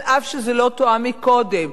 אף שזה לא תואם קודם.